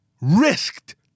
Risked